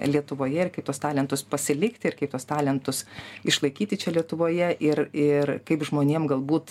lietuvoje ir kaip tuos talentus pasilikti ir kaip tuos talentus išlaikyti čia lietuvoje ir ir kaip žmonėm galbūt